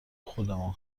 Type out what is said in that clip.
خودمون